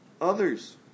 others